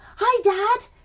hi dad.